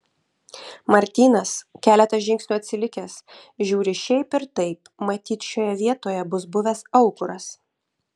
martynas keletą žingsnių atsilikęs žiūri šiaip ir taip matyt šioje vietoje bus buvęs aukuras